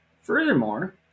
Furthermore